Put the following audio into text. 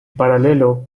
paralelo